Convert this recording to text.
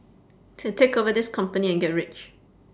to take over this company and get rich